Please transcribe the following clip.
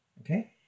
okay